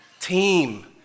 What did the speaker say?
team